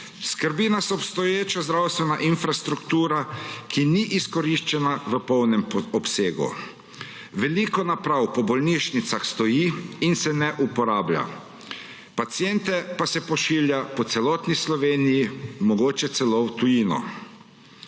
Skrbi nas obstoječa zdravstvena infrastruktura, ki ni izkoriščena v polnem obsegu. Veliko naprav po bolnišnicah stoji in se ne uporabljajo, pacienti pa se pošiljajo po celotni Sloveniji, mogoče celo v tujino.